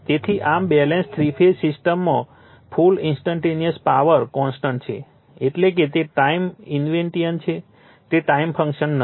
તેથી આમ balance three phase સિસ્ટમમાં કુલ ઇન્સ્ટન્ટટેનિયસ પાવર કોન્સટન્ટ છે એટલે કે તે ટાઇમ ઇન્વેરિયન્ટ છે તે ટાઇમ ફંકશન નથી